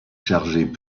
chargés